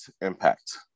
impact